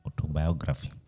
Autobiography